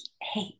hey